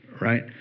right